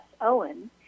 Owen